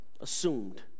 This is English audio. assumed